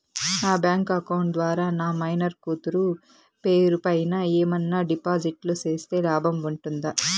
నా bank account ద్వారా నా మైనర్ కూతురు పేరు పైన ఏమన్నా డిపాజిట్లు సేస్తే లాభం ఉంటుందా?